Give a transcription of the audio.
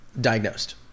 Diagnosed